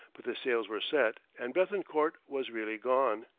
but the sails were set and bethencourt was really gone.